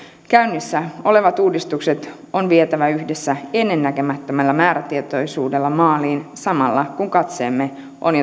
käynnissä olevat uudistukset on vietävä yhdessä ennennäkemättömällä määrätietoisuudella maaliin samalla kun katseemme on